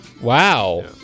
Wow